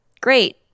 Great